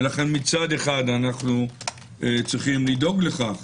לכן מצד אחד אנחנו צריכים לדאוג לכך